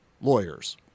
lawyers